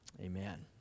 amen